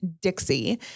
Dixie